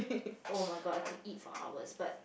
oh-my-god I could eat for hours but